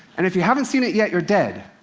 and if you haven't seen it yet, you're dead,